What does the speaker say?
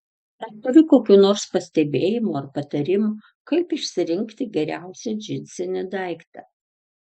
ar turi kokių nors pastebėjimų ar patarimų kaip išsirinkti geriausią džinsinį daiktą